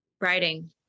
Writing